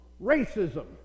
racism